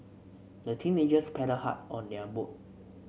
the teenagers paddled hard on their boat